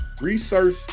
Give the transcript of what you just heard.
research